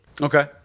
Okay